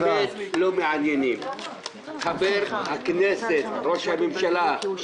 חבר הכנסת איתן גינזבורג.